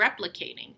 replicating